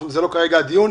אבל כרגע זה לא הדיון.